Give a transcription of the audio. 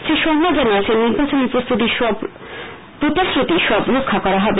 শ্রী শর্মা জানিয়ছেন নির্বাচনী প্রতিশ্রুতি সব রক্ষা করা হবে